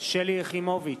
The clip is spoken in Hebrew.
שלי יחימוביץ,